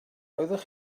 oeddech